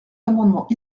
amendements